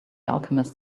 alchemist